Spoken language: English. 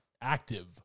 active